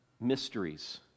mysteries